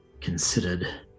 Considered